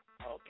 Okay